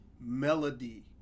melody